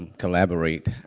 collaborate.